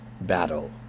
battle